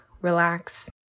relax